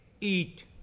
eat